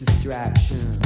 distraction